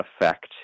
effect